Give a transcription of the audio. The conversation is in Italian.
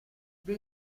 dei